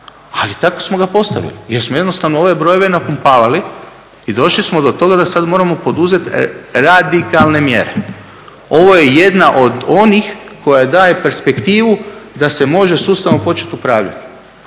ali tako smo ga postavili, jer smo jednostavno ove brojeve napumpavali i došli smo do toga da sad moramo poduzeti radikalne mjere. Ovo je jedna od onih koja daje perspektivu da se može sustavno početi upravljati.